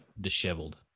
disheveled